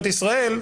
משטרת ישראל,